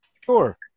sure